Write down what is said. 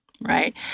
Right